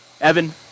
Evan